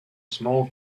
small